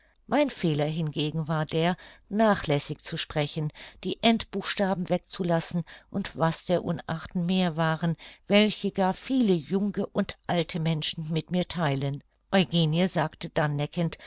mein fehler hingegen war der nachlässig zu sprechen die endbuchstaben wegzulassen und was der unarten mehr waren welche gar viele junge und alte menschen mit mir theilen eugenie sagte dann